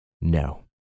No